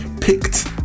picked